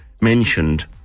mentioned